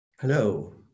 Hello